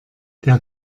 der